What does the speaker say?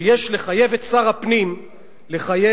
שיש לחייב את שר הפנים לבטל,